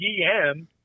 GM